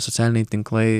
socialiniai tinklai